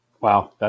Wow